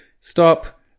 Stop